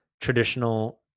traditional